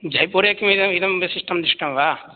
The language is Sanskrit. जैपुरे किमिदम् इदं विशिष्टं दृष्टं वा